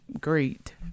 great